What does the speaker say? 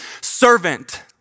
servant